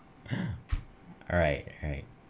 alright right